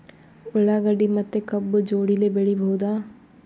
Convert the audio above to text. ಉಳ್ಳಾಗಡ್ಡಿ ಮತ್ತೆ ಕಬ್ಬು ಜೋಡಿಲೆ ಬೆಳಿ ಬಹುದಾ?